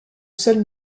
seul